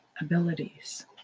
abilities